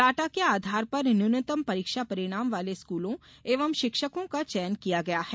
data के आधार पर न्यूनतम परीक्षा परिणाम वाले स्कूलों एवं शिक्षकों का चयन किया गया है